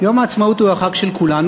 יום העצמאות, יום העצמאות הוא החג של כולנו,